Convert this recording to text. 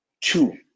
Two